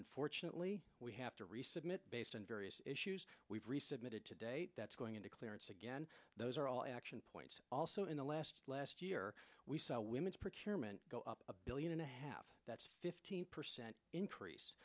unfortunately we have to resubmit based on various issues we've resubmitted to date that's going into clearance again those are all action points also in the last last year we saw women's procurement go up a billion and a half that's fifteen percent increase